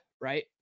right